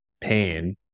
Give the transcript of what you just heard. pain